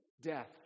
death